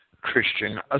Christian